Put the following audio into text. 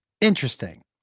interesting